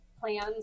plans